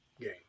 game